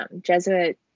jesuit